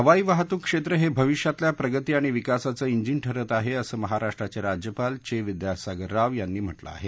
हवाई वाहतूक क्षेत्र हे भविष्यातल्या प्रगती आणि विकासाचं इंजीन ठरत आहे असं महाराष्ट्राचे राज्यपाल चे विद्यासागर राव यांनी म्हटलं आहे